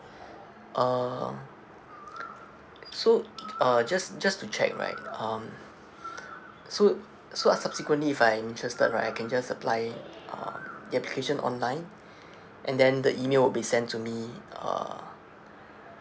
um so uh just just to check right um so so a~ subsequently if I'm interested right I can just apply uh the application online and then the email would be sent to me uh